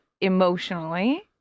emotionally